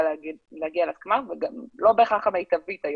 להגיע להסכמה והיום גם לא בהכרח הדרך המיטבית.